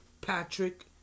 Patrick